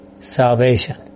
salvation